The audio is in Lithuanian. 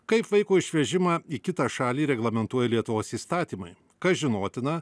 kaip vaiko išvežimą į kitą šalį reglamentuoja lietuvos įstatymai kas žinotina